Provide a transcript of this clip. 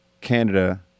Canada